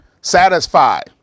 satisfied